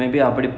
mm